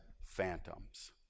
phantoms